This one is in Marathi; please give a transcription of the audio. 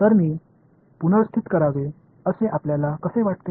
तर मी पुनर्स्थित करावे असे आपल्याला कसे वाटते